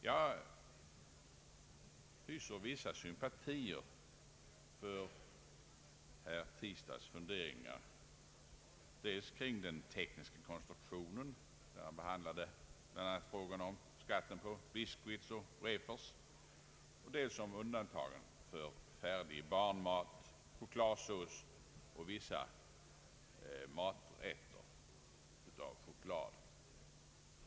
Jag hyser vissa sympatier för herr Tistads funderingar, dels kring den tekniska konstruktionen av skatten på biscuits och wafers, dels beträffande undantagen för barnmat, chokladsås och vissa maträtter av choklad.